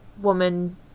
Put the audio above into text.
woman